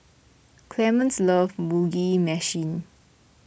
Clemens loves Mugi Meshi